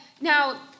now